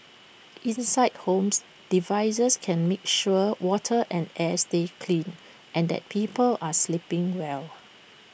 inside homes devices can make sure water and air stay clean and that people are sleeping well